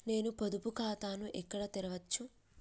నేను పొదుపు ఖాతాను ఎక్కడ తెరవచ్చు?